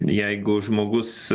jeigu žmogus